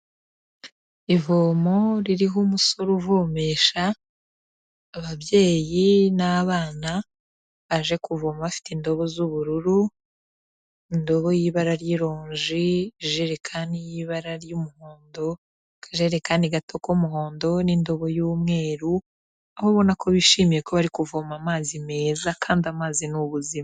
Ivomo ririho umusore uvomesha, ababyeyi n'abana Baje kuvoma bafite indobo z'ubururu, indobo y'ibara ry'ironji, ijerekani y'ibara ry'umuhondo, akajerekani gato k'umuhondo n'indobo y'umweru aho ubona ko bishimiye ko bari kuvoma amazi meza kandi amazi ni ubuzima.